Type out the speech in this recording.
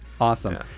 Awesome